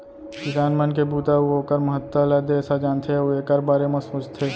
किसान मन के बूता अउ ओकर महत्ता ल देस ह जानथे अउ एकर बारे म सोचथे